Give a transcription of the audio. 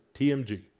TMG